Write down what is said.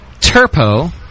Turpo